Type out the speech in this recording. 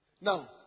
Now